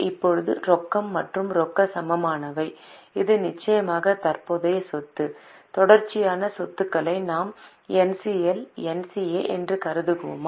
இப்போது ரொக்கம் மற்றும் ரொக்க சமமானவை இது நிச்சயமாக தற்போதைய சொத்து தொடர்ச்சியான சொத்துக்களை நாம் என்சிஎல் என்சிஏ என்று கருதுவோமா